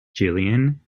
gillian